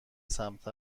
سمت